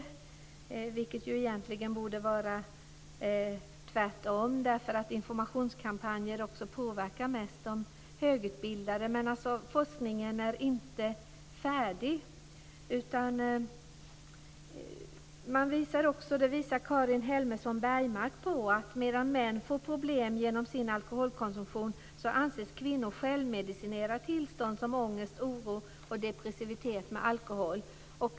Det borde ju egentligen vara tvärtom, eftersom informationskampanjer mest påverkar de högutbildade. Men forskningen är inte färdig. Karin Helmersson Bergmark visar att medan män får problem genom sin alkoholkonsumtion anses kvinnor självmedicinera tillstånd som ångest, oro och depressivitet med alkohol.